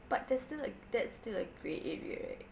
but there's still like that's still a grey area right